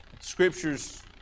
scriptures